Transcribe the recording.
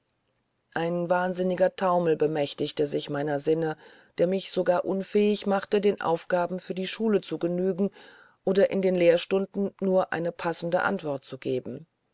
ein wahnsinniger taumel bemächtigte sich meiner sinne der mich sogar unfähig machte den aufgaben für die schule zu genügen oder in den lehrstunden nur eine passende antwort zu geben